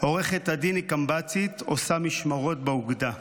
עורכת הדין היא קמב"צית / עושה משמרות באוגדה /